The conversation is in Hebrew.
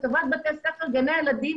לטובת בתי-ספר וגני ילדים